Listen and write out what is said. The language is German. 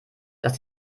dass